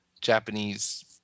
Japanese